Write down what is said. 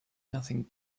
nothing